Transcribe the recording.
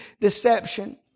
deception